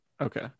okay